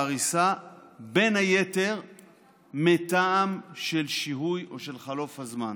בין היתר מטעם של שיהוי או של חלוף הזמן.